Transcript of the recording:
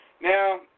now